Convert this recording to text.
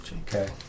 Okay